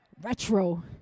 Retro